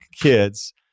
kids